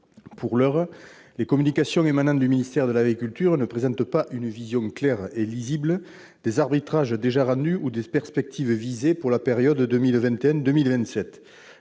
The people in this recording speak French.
Pour l'heure, les communications émanant du ministère de l'agriculture ne présentent pas une vision claire et lisible des arbitrages déjà rendus ou des perspectives visées pour la période 2021-2027.